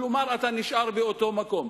כלומר אתה נשאר באותו מקום,